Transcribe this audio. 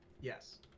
yes